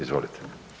Izvolite.